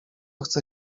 chce